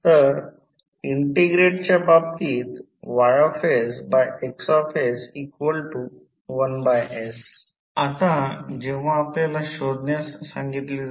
म्हणून NI ampere turn आहे आणि ही लांबी आहे म्हणून अँपिअर टर्न पर मीटर आणि नंतर N I Fm येथे Fm N I परिभाषित केले आहे